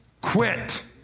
quit